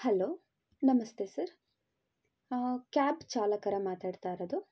hello ನಮಸ್ತೆ sir cab ಚಾಲಕರ ಮಾತಾಡ್ತಾ ಇರೋದು